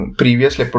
previously